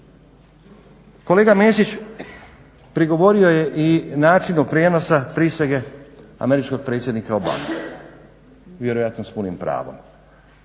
Kolega Mesić prigovorio je i načinu prijenosa prisege američkog predsjednika Obame, vjerojatno s punim pravom.